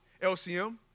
LCM